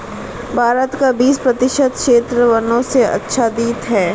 भारत का बीस प्रतिशत क्षेत्र वनों से आच्छादित है